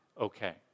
okay